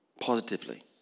positively